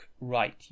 right